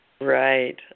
Right